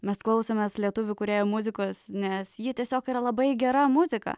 mes klausomės lietuvių kūrėjų muzikos nes ji tiesiog yra labai gera muzika